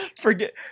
forget